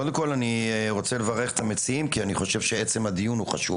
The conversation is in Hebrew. קודם כל אני רוצה לברך את המציעים כי אני חושב שעצם הדיון הוא חשוב,